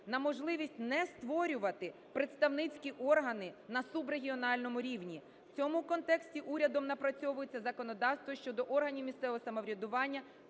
на можливість не створювати представницькі органи на субрегіональному рівні. В цьому контексті урядом напрацьовується законодавство щодо органів місцевого самоврядування